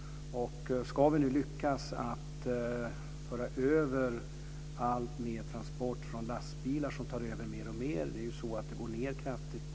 Transporterna på järnväg minskar kraftigt i Sverige och övriga Europa och transporter på lastbilar tar över mer och mer.